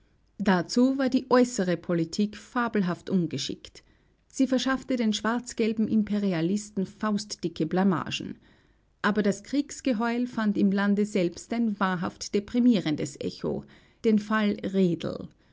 dazu war die äußere politik fabelhaft ungeschickt sie verschaffte den schwarzgelben imperialisten faustdicke blamagen aber das kriegsgeheul fand im lande selbst ein wahrhaft deprimierendes echo den fall redl